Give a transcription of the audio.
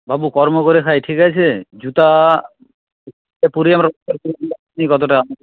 বাবু কর্ম করে খাই ঠিক আছে জুতা পড়েই কতটা